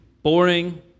Boring